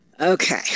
Okay